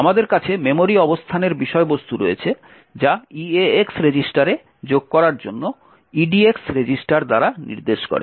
আমাদের কাছে মেমোরি অবস্থানের বিষয়বস্তু রয়েছে যা eax রেজিস্টারে যোগ করার জন্য edx রেজিস্টার দ্বারা নির্দেশ করে